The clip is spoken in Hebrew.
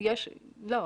לא,